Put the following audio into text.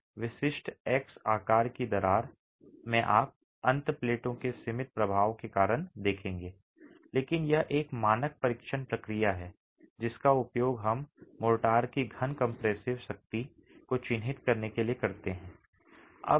इस विशिष्ट एक्स आकार की दरार में आप अंत प्लेटों के सीमित प्रभाव के कारण देखेंगे लेकिन यह एक मानक परीक्षण प्रक्रिया है जिसका उपयोग हम मोर्टार की घन compressive शक्ति को चिह्नित करने के लिए करते हैं